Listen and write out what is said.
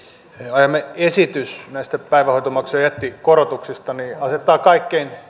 ajama esitys näistä päivähoitomaksujen jättikorotuksista asettaa kaikkein